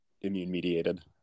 immune-mediated